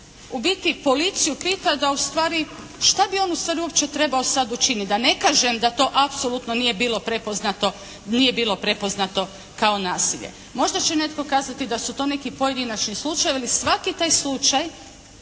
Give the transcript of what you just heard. u biti policiju pita da u stvari šta bi on sad uopće trebao učiniti, da ne kažem da to apsolutno nije bilo prepoznato, nije bilo prepoznato kao nasilje. Možda će netko kazati da su to neki pojedinačni slučajevi, ali svaki taj slučaj